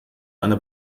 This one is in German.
einer